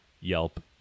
Yelp